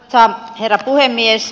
arvoisa herra puhemies